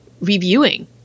reviewing